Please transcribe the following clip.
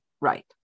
right